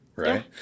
right